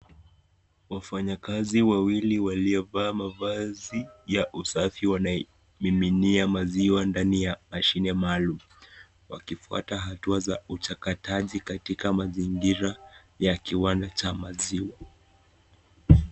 Wafanyakazi wawili waliovaa mavazi ya usafi wanaimiminia maziwa ndani ya mashine maalum wakifuata hatua za uchakataji katika mazingira ya kiwanda cha maziwa.